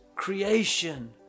creation